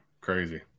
crazy